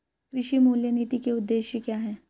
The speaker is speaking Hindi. कृषि मूल्य नीति के उद्देश्य क्या है?